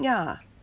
ya